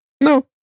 No